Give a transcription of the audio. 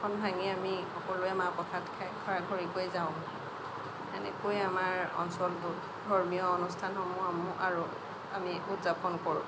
শৰাইখন ভাঙি আমি সকলোৱে মাহ প্ৰসাদ খাই ঘৰা ঘৰিকৈ যাওঁ তেনেকৈয়ে আমাৰ অঞ্চলটোত ধৰ্মীয় অনুষ্ঠানসমূহ আৰু আমি উদযাপন কৰোঁ